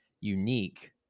unique